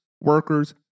workers